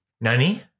Nani